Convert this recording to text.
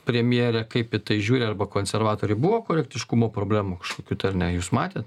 premjere kaip į tai žiūri arba konservatoriai buvo korektiškumo problemų kažkokių tai ar ne jūs matėt